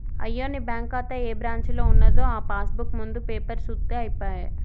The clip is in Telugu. అయ్యో నీ బ్యాంకు ఖాతా ఏ బ్రాంచీలో ఉన్నదో ఆ పాస్ బుక్ ముందు పేపరు సూత్తే అయిపోయే